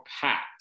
packed